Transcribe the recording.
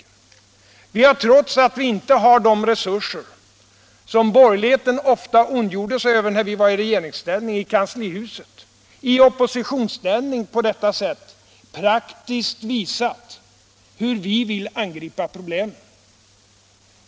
Vi har på detta sätt, trots att vi inte har de resurser som borgerligheten ofta ondgjorde sig över när vi var i regeringsställning, i oppositionsställning praktiskt visat hur vi vill angripa problemen.